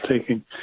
taking